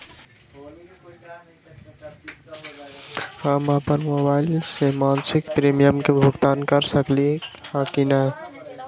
हम अपन मोबाइल से मासिक प्रीमियम के भुगतान कर सकली ह की न?